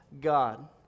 God